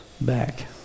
back